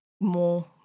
more